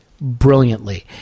brilliantly